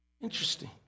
Interesting